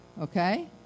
Okay